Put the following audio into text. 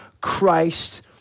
Christ